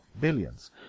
billions